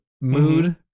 mood